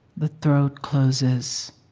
the throat closes.